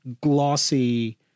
glossy